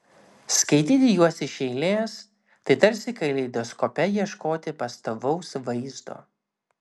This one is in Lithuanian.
skaityti juos iš eilės tai tarsi kaleidoskope ieškoti pastovaus vaizdo